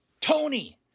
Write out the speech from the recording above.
Tony